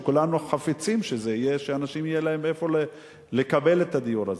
שכולנו חפצים שייפתר על מנת שהאנשים יקבלו את הדיור הזה.